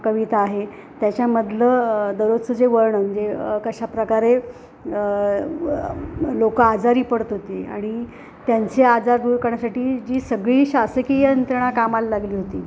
कविता आहे त्याच्यामधलं दररोजचं जे वर्णन म्हणजे कशाप्रकारे लोकं आजारी पडत होती आणि त्यांचे आजार दूर करण्यासाठी जी सगळी शासकीय यंत्रणा कामाला लागली होती